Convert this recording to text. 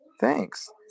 Thanks